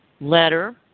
letter